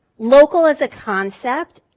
local is a concept.